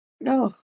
no